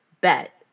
bet